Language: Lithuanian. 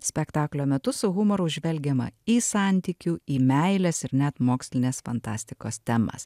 spektaklio metu su humoru žvelgiama į santykių į meilės ir net mokslinės fantastikos temas